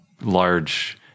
large